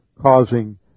causing